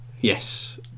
Yes